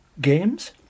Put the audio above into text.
Games